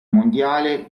mondiale